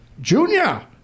Junior